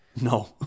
No